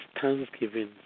Thanksgiving